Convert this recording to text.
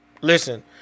Listen